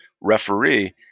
referee